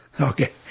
okay